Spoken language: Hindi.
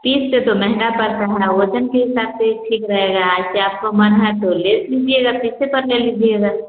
पीस से तो महंगा पड़ता है वज़न के हिसाब से ठीक रहेगा ऐसे आपको मन है तो ले लीजिएगा पीसे पर ले लीजिएगा